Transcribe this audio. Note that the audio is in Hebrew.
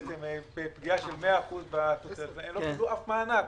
בעצם פגיעה של 100% והן לא קיבלו אף מענק.